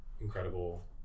incredible